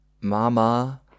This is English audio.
Mama